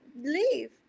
leave